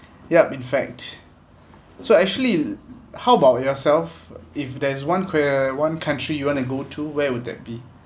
yup in fact so actually how about yourself if there's one que~ one country you want to go to where would that be